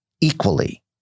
equally